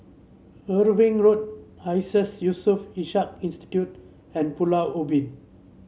Irving Road Iseas Yusof Ishak Institute and Pulau Ubin